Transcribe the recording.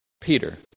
Peter